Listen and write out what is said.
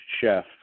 chef